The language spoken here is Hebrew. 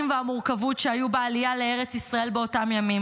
ואת המורכבות שהיו בעלייה לארץ ישראל באותם ימים,